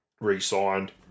re-signed